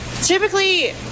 typically